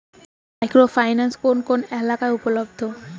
Micro finance কোন কোন এলাকায় উপলব্ধ?